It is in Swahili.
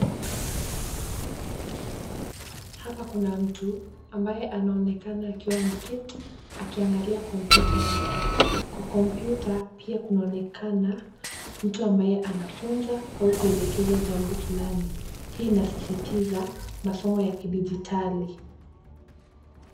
Hapa kuna mtu ambaye anaonekana akiwa ameketi akiangalia kompyuta yake. Kwa kompyuta, pia kunaonekana mtu ambaye anafunza au kuelekeza jambo fulani. Hii inasisitiza masomo ya kidijitali.